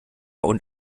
und